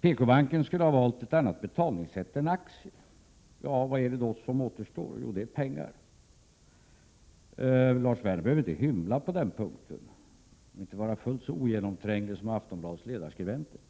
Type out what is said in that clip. PKbanken skulle ha valt ett annat betalningssätt än aktier. Ja, vad återstår då? Jo, pengar. Lars Werner behöver inte hymla på den punkten. Han behöver inte vara fullt så ogenomtränglig som Aftonbladets ledarskribenter.